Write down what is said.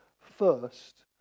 first